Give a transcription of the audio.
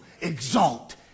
exalt